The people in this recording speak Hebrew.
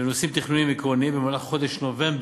לנושאים תכנוניים עקרוניים במהלך חודש נובמבר,